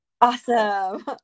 awesome